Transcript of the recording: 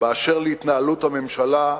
באשר להתנהלות הממשלה,